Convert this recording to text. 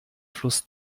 fluss